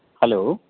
hello